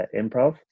improv